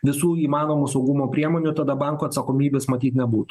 visų įmanomų saugumo priemonių tada banko atsakomybės matyt nebūtų